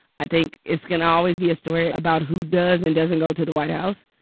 i think it's going to always be a story about who does and doesn't go to the white house.